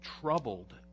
troubled